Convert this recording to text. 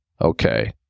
okay